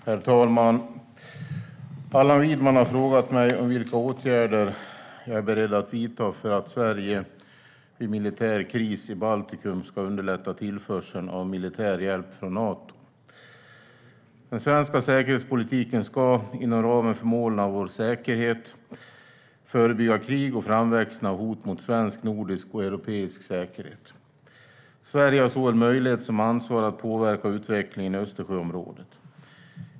Svar på interpellationer Herr talman! Allan Widman har frågat mig vilka åtgärder jag är beredd att vidta för att Sverige, vid en militär kris i Baltikum, ska underlätta tillförseln av militär hjälp från Nato. Den svenska säkerhetspolitiken ska, inom ramen för målen för vår säkerhet, förebygga krig och framväxten av hot mot svensk, nordisk och europeisk säkerhet. Sverige har såväl möjlighet som ansvar att påverka utvecklingen i Östersjöområdet.